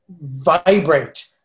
vibrate